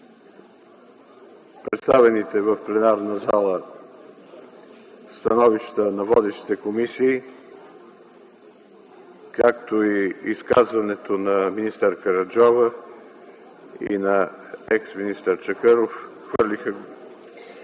представените в пленарната зала становища на водещите комисии, както и изказването на министър Караджова и на ексминистър Чакъров хвърлиха